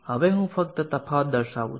હવે હું ફક્ત તફાવત દર્શાવું છું